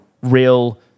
real